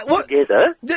Together